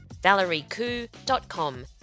ValerieKoo.com